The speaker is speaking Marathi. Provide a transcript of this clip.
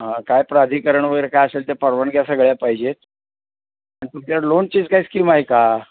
हां काय प्राधिकरण वगैरे काय असेल ते परवानग्या सगळ्या पाहिजेत आणि तुमच्या लोनची काय स्कीम आहे का